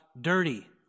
dirty